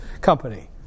company